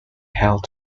held